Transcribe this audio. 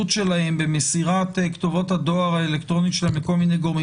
שלהם במסירת כתובות הדואר האלקטרוני שלהם לכל מיני גורמים,